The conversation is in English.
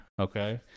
Okay